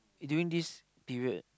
during this period